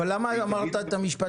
תודה רבה.